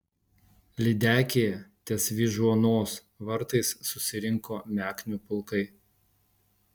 lydekyje ties vyžuonos vartais susirinko meknių pulkai